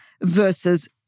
versus